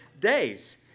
days